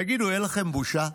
תגידו, אין לכם בושה?